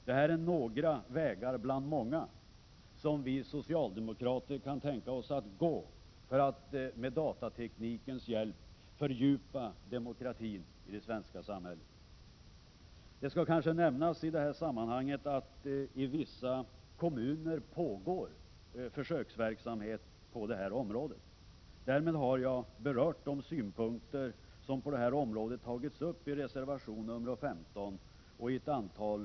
Detta är några vägar bland många som vi socialdemokrater kan tänka oss att gå för att med datateknikens hjälp fördjupa demokratin i det svenska samhället. Det skall kanske nämnas i detta sammanhang att det i vissa kommuner = Prot. 1987/88:21 pågår försöksverksamhet på detta område. Därmed har jag berört de 11 november 1987 synpunkter som i denna fråga framförts i reservation 15 och i ett antal.